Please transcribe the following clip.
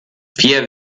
wir